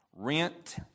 Rent